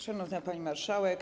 Szanowna Pani Marszałek!